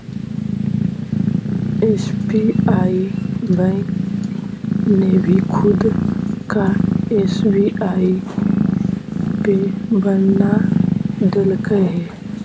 SBI bank ने भी खुद का एस.बी.आई पे बना देलकइ हे